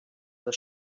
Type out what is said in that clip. das